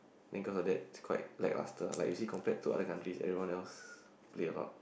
then cause of that is quite lackluster like you see compared to other countries everyone else play a lot